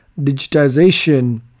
digitization